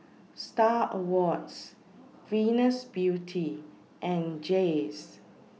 STAR Awards Venus Beauty and Jays